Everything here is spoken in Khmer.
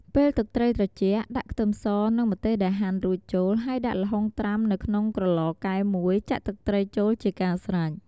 ពេលទឹកត្រីត្រជាក់ ដាក់ខ្ទឹមស និងម្ទេសដែលហាន់រួចចូល ហើយដាក់ល្ហុងត្រាំនៅក្នុងក្រឡកែវមួយចាក់ទឹកត្រីចូលជាការស្រេច។